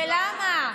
ולמה?